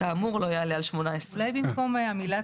כאמור לא יעלה על 18. אולי במקום המילה